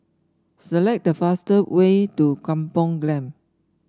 select the fastest way to Kampong Glam